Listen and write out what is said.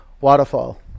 Waterfall